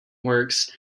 works